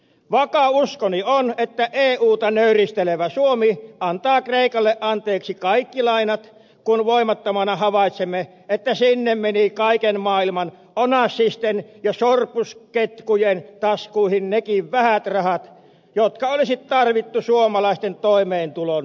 vakaa uskoni on että euta nöyristelevä suomi antaa kreikalle anteeksi kaikki lainat kun voimattomina havaitsemme että sinne menivät kaiken maailman onassisten ja sorbusketkujen taskuihin nekin vähät rahat jotka olisi tarvittu suomalaisten toimeentulon turvaamiseen